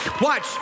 Watch